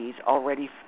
already